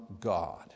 God